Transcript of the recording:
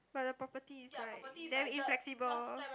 but the property is like damn inflexible